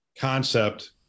concept